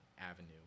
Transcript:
avenue